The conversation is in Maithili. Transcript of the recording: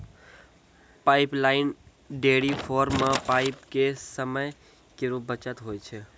पाइपलाइन डेयरी फार्म म पाइप सें समय केरो बचत होय छै